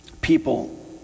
people